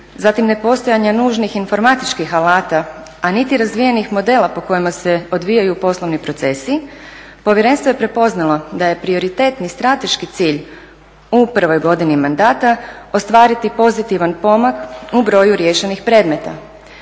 zatim ne postojanje nužnih informatičkih alata a niti razvijenih modela po kojima se odvijaju poslovni procesi povjerenstvo je prepoznalo da je prioritetni strateški cilj u prvoj godini mandata ostvariti pozitivan pomak u broju riješenih predmeta